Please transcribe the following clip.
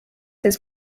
his